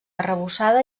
arrebossada